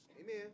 Amen